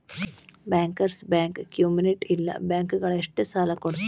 bankers bank ಕ್ಮ್ಯುನಿಟ್ ಇಲ್ಲ ಬ್ಯಾಂಕ ಗಳಿಗಷ್ಟ ಸಾಲಾ ಕೊಡ್ತಾವ